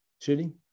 shitty